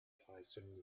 tyson